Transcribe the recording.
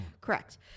Correct